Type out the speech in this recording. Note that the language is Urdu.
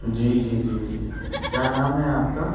جی جی جی جی جی کیا نام ہے آپ کا